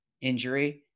injury